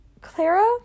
clara